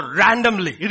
randomly